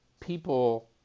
people